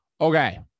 Okay